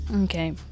Okay